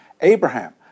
Abraham